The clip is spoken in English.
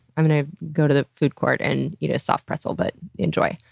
i'm gonna go to the food court and eat a soft pretzel, but enjoy.